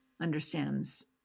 understands